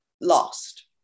lost